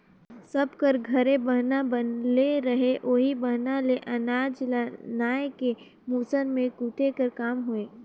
सब कर घरे बहना बनले रहें ओही बहना मे अनाज ल नाए के मूसर मे कूटे कर काम होए